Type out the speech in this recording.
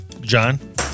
John